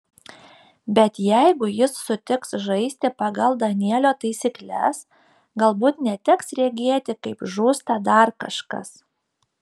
bet jeigu ji sutiks žaisti pagal danielio taisykles galbūt neteks regėti kaip žūsta dar kažkas